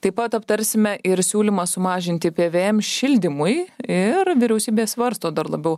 taip pat aptarsime ir siūlymą sumažinti pvm šildymui ir vyriausybė svarsto dar labiau